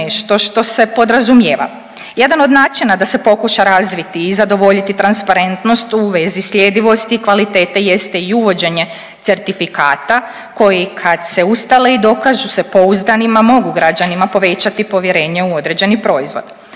nešto što se podrazumijeva. Jedan od načina da se pokuša razviti i zadovoljiti transparentnost u vezi sljedivosti i kvalitete jeste i uvođenje certifikata koji kad se ustale i dokažu se pouzdanima mogu građanima povećati povjerenje u određeni proizvod.